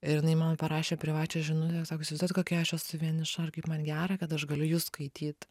ir jinai man parašė privačią žinutę sako įsivaizduojat kokia aš esu vieniša ir kaip man gera kad aš galiu jus skaityt